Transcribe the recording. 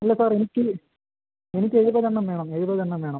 ഇല്ല സാർ എനിക്ക് എനിക്ക് എഴുപതെണ്ണം വേണം എഴുപതെണ്ണം വേണം